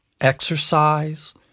exercise